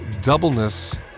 Doubleness